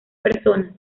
personas